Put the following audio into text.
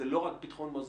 זה לא רק ביטחון מזון,